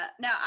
no